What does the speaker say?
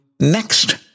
Next